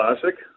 Classic